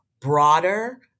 broader